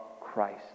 Christ